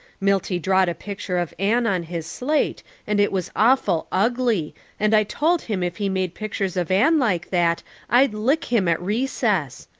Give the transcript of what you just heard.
milty drawed a picture of anne on his slate and it was awful ugly and i told him if he made pictures of anne like that i'd lick him at recess.